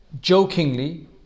jokingly